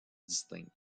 distincts